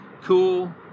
cool